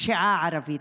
"פשיעה ערבית".